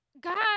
God